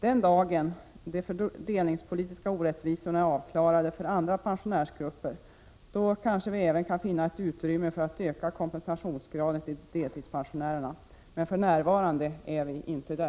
Den dag då de fördelningspolitiska orättvisorna är borta för andra pensionärsgrupper kanske vi även kan finna utrymme för att öka kompensationsgraden till deltidspensionärerna. Men för närvarande är vi inte där.